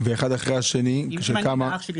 ואחד אחרי השני כשכמה?